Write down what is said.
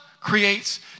creates